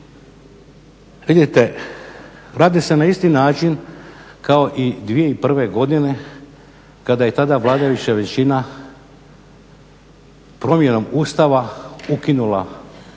Vidite, radi se na isti način kao i 2001.godine kada je tada vladajuća većina promjenom Ustava ukinula